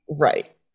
Right